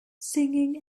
singing